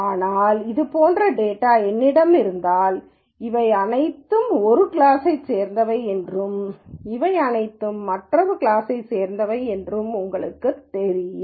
ஆனால் இது போன்ற டேட்டா என்னிடம் இருந்தால் இவை அனைத்தும் ஒரு கிளாஸைச் சேர்ந்தவை என்றும் இவை அனைத்தும் மற்றொரு கிளாஸைச் சேர்ந்தவை என்றும் உங்களுக்குத் தெரியும்